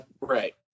Right